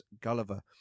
gulliver